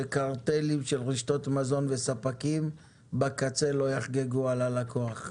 שקרטלים של רשתות מזון וספקים בקצה לא יחגגו על הלקוח.